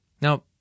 Now